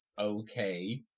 okay